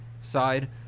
side